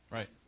Right